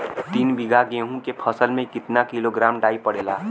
तीन बिघा गेहूँ के फसल मे कितना किलोग्राम डाई पड़ेला?